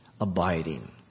abiding